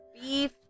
beef